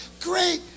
Great